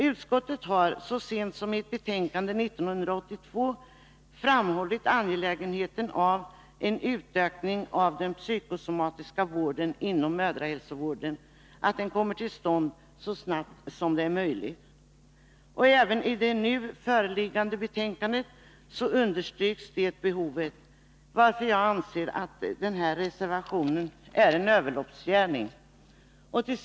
Utskottet har så sent som i ett betänkande år 1982 framhållit angelägenheten av att en utökning av den psykosomatiska vården inom mödrahälsovården kommer till stånd så snabbt som möjligt. Även i detta betänkande understryks det behovet, varför jag anser att reservationen är en överloppsgärning. Herr talman!